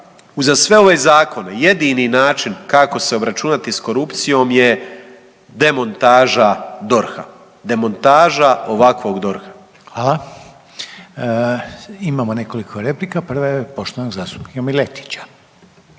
uza sve ove zakone jedini način kako se obračunati s korupcijom je demontaža DORH-a, demontaža ovakvog DORH-a. **Reiner, Željko (HDZ)** Hvala. Imamo nekoliko replika, prva je poštovanog zastupnika Miletića.